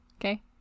Okay